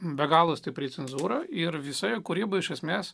be galo stipri cenzūra ir visa jo kūryba iš esmės